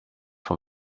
from